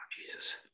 Jesus